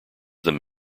them